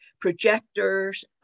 projectors